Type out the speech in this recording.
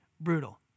brutal